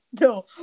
No